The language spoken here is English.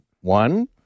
one